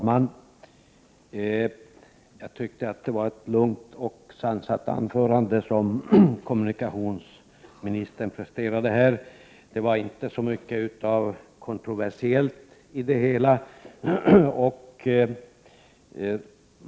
Fru talman! Det var ett långt och sansat anförande som kommunikationsministern här presterade, och det var inte mycket kontroversiellt i det.